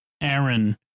Aaron